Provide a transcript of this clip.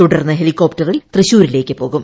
തുടർന്ന് ഹെലികോപ്റ്ററിൽ തൃശ്ശൂരിലേക്ക് പോകും